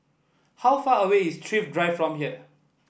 how far away is Thrift Drive from here